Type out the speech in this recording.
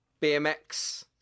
BMX